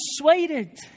persuaded